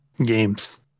Games